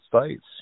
States